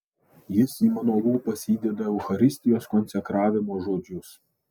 jis į mano lūpas įdeda eucharistijos konsekravimo žodžius